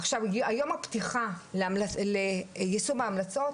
עכשיו היום הפתיחה ליישום ההמלצות,